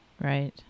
Right